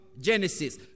Genesis